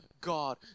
God